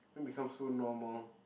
then become so normal